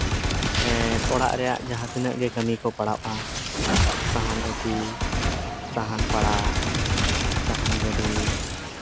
ᱚᱲᱟᱜ ᱨᱮᱭᱟᱜ ᱡᱟᱦᱟᱸ ᱛᱤᱱᱟᱹᱜ ᱜᱮ ᱠᱟᱹᱢᱤ ᱠᱚ ᱯᱟᱲᱟᱜᱼᱟ ᱥᱟᱦᱟᱱ ᱟᱹᱜᱩ ᱥᱟᱦᱟᱱ ᱯᱟᱲᱟᱜ ᱥᱟᱦᱟᱱ ᱜᱟᱹᱰᱤ